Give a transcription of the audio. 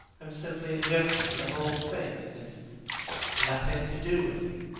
am simply indifferent to the whole thing. it has nothing to do with me.